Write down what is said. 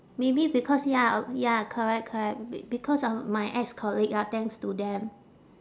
maybe because ya uh ya correct correct be~ because of my ex-colleague ah thanks to them